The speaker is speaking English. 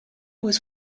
was